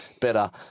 better